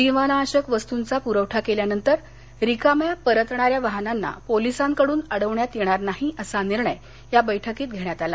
जीवनावश्यक वस्तूंचा पुरवठा केल्यानंतर रिकाम्या परतणाऱ्या वाहनांना पोलिसांकडून अडविण्यात येणार नाही असा निर्णय बैठकीत घेण्यात आला